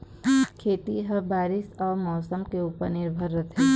खेती ह बारीस अऊ मौसम के ऊपर निर्भर रथे